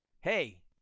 hey